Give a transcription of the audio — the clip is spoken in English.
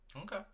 Okay